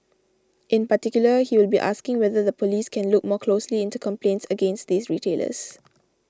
in particular he will be asking whether the police can look more closely into complaints against these retailers